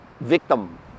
victim